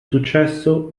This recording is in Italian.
successo